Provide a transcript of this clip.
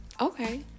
Okay